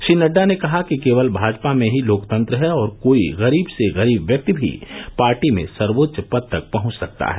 श्री नड्डा ने कहा कि केवल भाजपा में ही लोकतंत्र है और कोई गरीब से गरीब व्यक्ति भी पार्टी में सर्वोच्च पद तक पहुंच सकता है